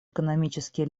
экономический